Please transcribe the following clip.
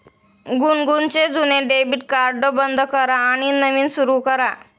गुनगुनचे जुने debit card बंद करा आणि नवीन सुरू करा